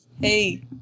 Hey